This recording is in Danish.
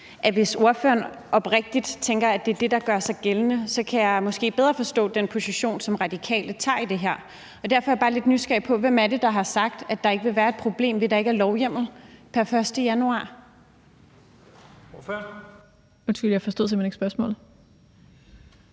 hvis ordføreren oprigtigt tænker, at det er det, der gør sig gældende, kan jeg måske bedre forstå den position, som Radikale indtager i det her. Derfor er jeg bare lidt nysgerrig på, hvem det er, der har sagt, at det ikke vil være et problem, at der ikke er lovhjemmel pr. 1. januar? Kl. 15:03 Første næstformand (Leif Lahn Jensen):